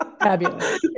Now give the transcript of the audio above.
Fabulous